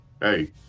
hey